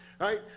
right